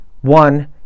one